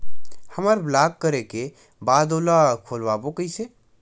हमर ब्लॉक करे के बाद ओला खोलवाबो कइसे?